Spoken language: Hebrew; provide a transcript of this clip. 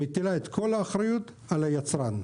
מטילה את כל האחריות על היצרן.